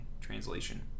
Translation